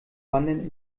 wandern